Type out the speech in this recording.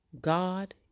God